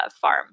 farm